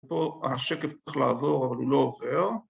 פה השקף צריך לעבור אבל הוא לא עובר